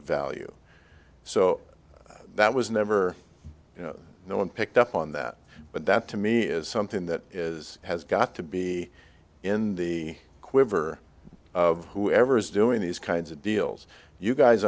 value so that was never you know no one picked up on that but that to me is something that is has got to be in the quiver of whoever is doing these kinds of deals you guys